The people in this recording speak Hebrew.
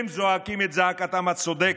הם זועקים את זעקתם הצודקת.